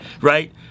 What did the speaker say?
right